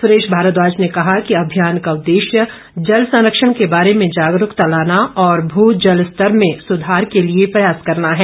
सुरेश भारद्वाज ने कहा कि अभियान का उद्देश्य जल संरक्षण के बारे में जागरूकता लाना और भू जल स्तर में सुधार के लिए प्रयास करना है